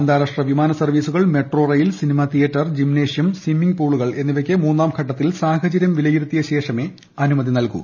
അന്താരാഷ്ട്ര വിമാന സർവ്വീസുകൾ metro rail cinema theatre gymnasium swimming പൂളുകൾ എന്നിവയ്ക്ക് മൂന്നാംഘട്ടത്തിൽ സാഹചരൃം വിലയിരുത്തിയ ശേഷമേ അനുമതി നൽകു